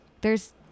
theres